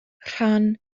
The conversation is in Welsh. rhan